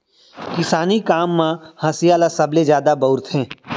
किसानी काम म हँसिया ल सबले जादा बउरथे